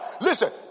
Listen